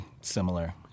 similar